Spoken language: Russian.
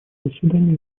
заседаний